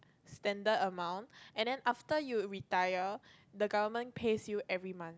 standard amount and then after you retire the government pays you every month